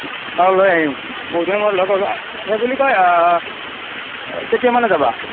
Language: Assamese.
অ লৈ আহিম বহুত দিনৰ মূৰত লগ হ'লোঁ সেই বুলি কৈ কেতিয়া মানে যাবা